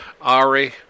Ari